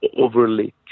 overly